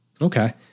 Okay